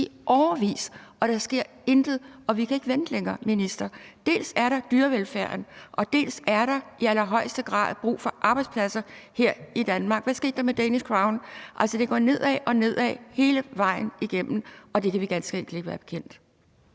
i årevis! – og der sker intet. Vi kan ikke vente længere, minister. Dels er der dyrevelfærden, dels er der i allerhøjeste grad brug for arbejdspladser her i Danmark. Hvad skete der med Danish Crown? Altså, det går nedad og nedad hele vejen igennem, og det kan vi ganske enkelt ikke være bekendt.